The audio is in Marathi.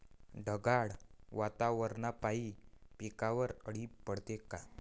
ढगाळ वातावरनापाई पिकावर अळी पडते का?